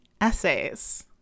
essays